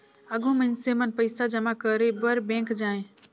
आघु मइनसे मन पइसा जमा करे बर बेंक जाएं